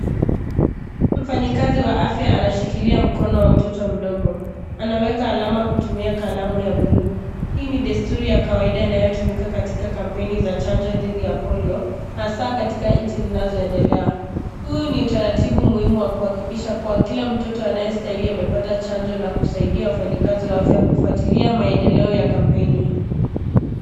Mfanyikazi wa afya anashikilia mkono wa mtoto mdogo. Anaweka alama kutumia kalamu ya bluu. Hii ni desturi ya kawaida inayotumika katika kampeni za chanjo dhidi ya Polio , hasaa katika nchi zinazoendelea. Huu ni utaratibu muhimu wa kuhakikisha kuwa kila mtoto anayestahili, amepata chanjo na kusaidia wafanyikazi wa afya kufuatilia maendeleo ya kampeni.